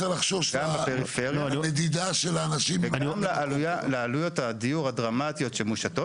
גם בפריפריה וגם לעלויות הדיור הדרמטיות שמושתות.